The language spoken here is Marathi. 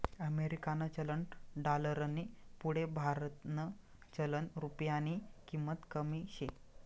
अमेरिकानं चलन डालरनी पुढे भारतनं चलन रुप्यानी किंमत कमी शे